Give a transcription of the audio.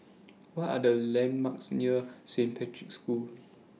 What Are The landmarks near Saint Patrick's School